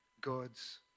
God's